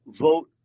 vote